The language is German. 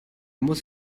muss